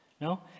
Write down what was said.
No